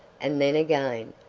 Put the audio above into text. and then again,